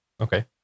okay